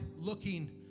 looking